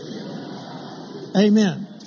Amen